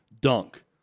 dunk